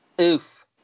Oof